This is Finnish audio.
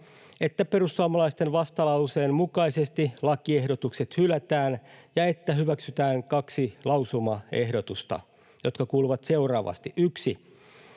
että perussuomalaisten vastalauseen mukaisesti lakiehdotukset hylätään ja että hyväksytään kaksi lausumaehdotusta, jotka kuuluvat seuraavasti: ”1.